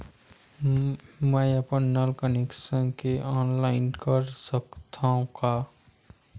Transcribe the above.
मैं अपन नल कनेक्शन के ऑनलाइन कर सकथव का?